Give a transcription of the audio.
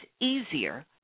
easier